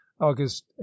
august